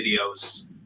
videos